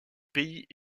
pays